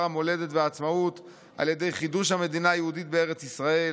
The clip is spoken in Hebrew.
המולדת והעצמאות על ידי חידוש המדינה היהודית בארץ ישראל,